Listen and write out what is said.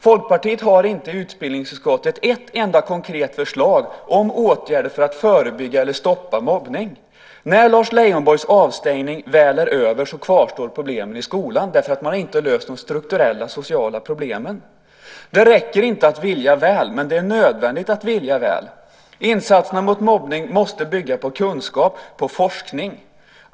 Folkpartiet har i utbildningsutskottet inte ett enda konkret förslag på åtgärder för att förebygga eller stoppa mobbning. När Lars Leijonborgs avstängning väl är över kvarstår problemen i skolan eftersom man inte har löst de strukturella sociala problemen. Det räcker inte att vilja väl, men det är nödvändigt att vilja väl. Insatserna mot mobbning måste bygga på kunskap och forskning.